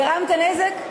גרמת נזק,